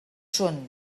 són